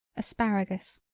asparagus.